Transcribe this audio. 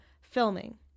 filming